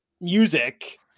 music